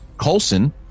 Coulson